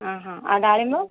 ଅ ହଁ ଆଉ ଡାଳିମ୍ବ